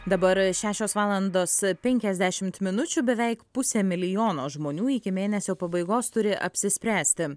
dabar šešios valandos penkiasdešimt minučių beveik pusė milijono žmonių iki mėnesio pabaigos turi apsispręsti